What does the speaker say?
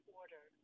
order